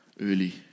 early